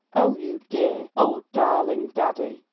oh, you dear, old darling daddy!